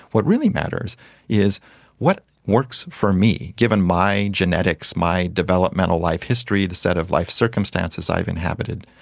what really matters is what works for me given my genetics, my developmental life history, the set of life circumstances i've inhabited.